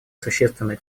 существенный